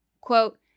quote